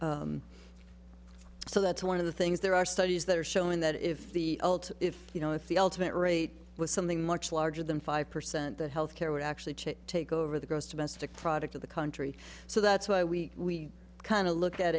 doing so that's one of the things there are studies that are showing that if the old if you know if the ultimate rate was something much larger than five percent that healthcare would actually change take over the gross domestic product of the country so that's why we kind of look at